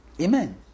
Amen